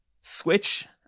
switch